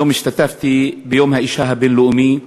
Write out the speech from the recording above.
היום השתתפתי ביום האישה הבין-לאומי.